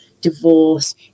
divorce